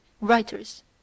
writers